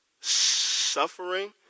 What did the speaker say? suffering